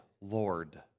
Lord